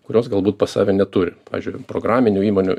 kurios galbūt pas save neturi pavyzdžiui programinių įmonių